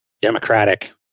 democratic